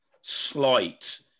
slight